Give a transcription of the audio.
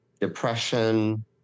depression